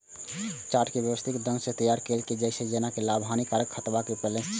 chart कें व्यवस्थित ढंग सं तैयार कैल जाइ छै, जेना लाभ, हानिक खाताक बाद बैलेंस शीट